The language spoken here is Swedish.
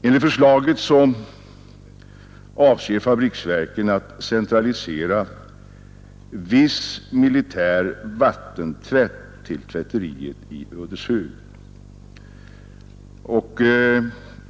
Enligt förslaget avser fabriksverken att centralisera viss militär vattentvätt till tvätteriet i Ödeshög.